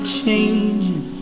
changing